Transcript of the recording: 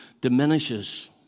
diminishes